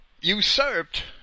usurped